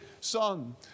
son